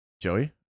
Joey